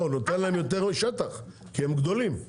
לא הוא היה נותן להם יותר שטח כי הם יותר גדולים,